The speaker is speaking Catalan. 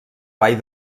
vall